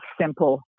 simple